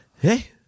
Hey